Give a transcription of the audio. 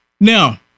Now